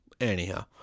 Anyhow